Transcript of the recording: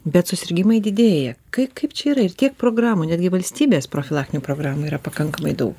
bet susirgimai didėja kai kaip čia yra ir tiek programų netgi valstybės profilaktinių programų yra pakankamai daug